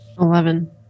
Eleven